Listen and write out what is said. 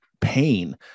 pain